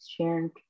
sharing